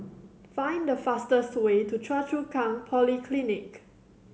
find the fastest way to Choa Chu Kang Polyclinic